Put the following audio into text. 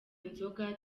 inzoga